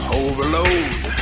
overload